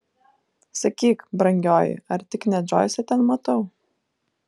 sakyk brangioji ar tik ne džoisą ten matau